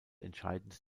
entscheidend